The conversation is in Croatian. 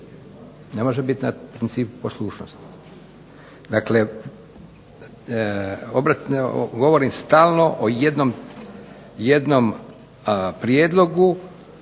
ne može biti na principu poslušnosti. Dakle, govorim stalno o jednom prijedlogu